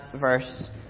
verse